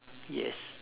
yes